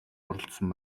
оролдсон